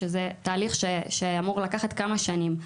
שזה תהליך שאמור לקחת כמה שנים.